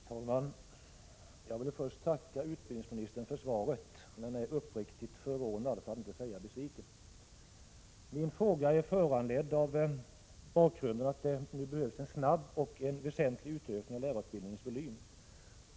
Herr talman! Jag vill först tacka utbildningsministern för svaret, men jag är uppriktigt sagt förvånad, för att inte säga besviken. Min fråga är föranledd av att det behövs en snabb och väsentlig utökning av lärarutbildningens volym.